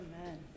Amen